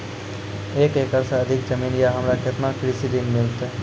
एक एकरऽ से अधिक जमीन या हमरा केतना कृषि ऋण मिलते?